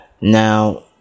Now